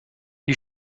die